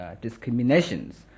discriminations